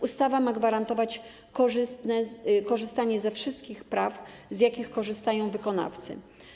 Ustawa ma gwarantować im korzystanie ze wszystkich praw, z jakich korzystają wykonawcy.